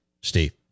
Steve